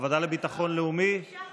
ההצעה